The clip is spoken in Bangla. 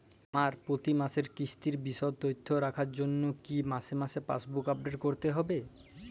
আমার প্রতি মাসের কিস্তির বিশদ তথ্য রাখার জন্য কি মাসে মাসে পাসবুক আপডেট করতে হবে?